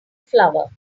flower